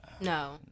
No